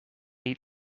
eat